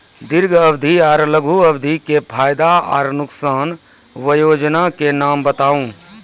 दीर्घ अवधि आर लघु अवधि के फायदा आर नुकसान? वयोजना के नाम बताऊ?